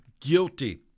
guilty